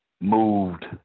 moved